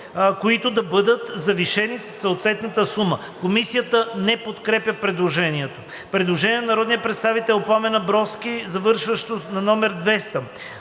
които да бъдат завишени със съответната сума.“ Комисията не подкрепя предложението. Предложение на народния представител Пламен Абровски, завършващо на 200: